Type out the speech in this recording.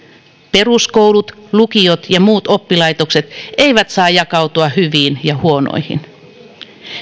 peruskoulut lukiot ja muut oppilaitokset eivät saa jakautua hyviin ja huonoihin